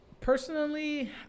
personally